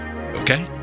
Okay